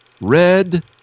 Red